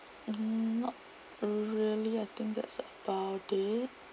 hmm not really I think that's about it